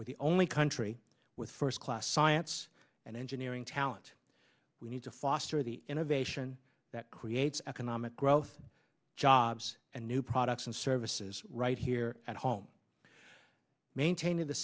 we're the only country with first class science and engineering talent we need to foster the innovation that creates economic growth jobs and new products and services right here at home maintaining the